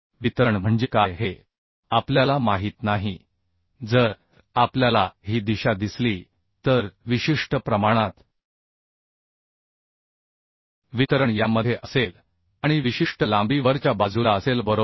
वितरण म्हणजे काय हे आपल्याला माहीत नाही जर आपल्याला ही दिशा दिसली तर विशिष्ट प्रमाणात वितरण यामध्ये असेल आणि विशिष्ट लांबी वरच्या बाजूला असेल बरोबर